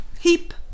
Heap